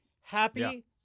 happy